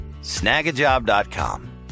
snagajob.com